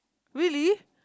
really